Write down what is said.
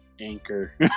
Anchor